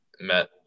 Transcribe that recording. met